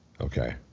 Okay